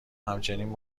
همچنین